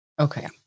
Okay